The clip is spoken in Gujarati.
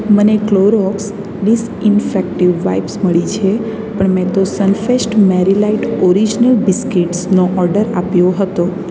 મને ક્લોરોક્સ ડિસ્કઇન્ફેકટિવ વાઈપ્સ મળી છે પણ મેં તો સનફેસ્ટ મેરી લાઈટ ઓરીજીનલ બિસ્કીટ્સનો ઓર્ડર આપ્યો હતો